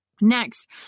Next